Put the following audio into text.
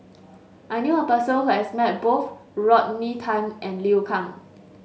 I knew a person who has met both Rodney Tan and Liu Kang